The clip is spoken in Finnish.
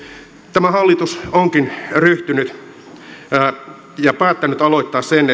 tämä hallitus onkin päättänyt aloittaa sen